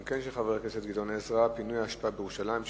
וגם היא של חבר הכנסת גדעון עזרא: פינוי אשפה בירושלים.